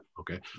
Okay